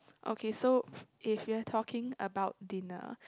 okay so if you're talking about dinner